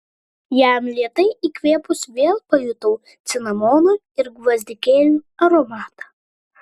jam lėtai įkvėpus vėl pajutau cinamono ir gvazdikėlių aromatą